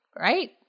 Right